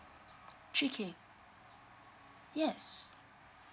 three K yes